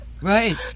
Right